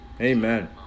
Amen